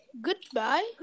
Goodbye